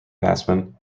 batsman